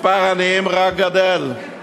מספר העניים רק גדל,